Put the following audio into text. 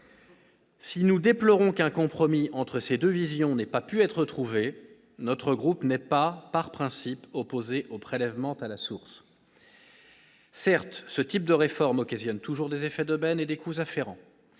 Si nous déplorons qu'un compromis entre ces deux visions n'ait pas pu être trouvé, notre groupe n'est pas, par principe, opposé au prélèvement à la source. Certes, ce type de réforme occasionne toujours des effets d'aubaine et des coûts afférents.